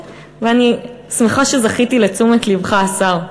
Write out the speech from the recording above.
ואני שמחה שזכיתי לתשומת לבך, השר.